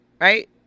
right